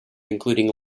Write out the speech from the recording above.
including